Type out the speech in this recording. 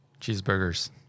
Cheeseburgers